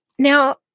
Now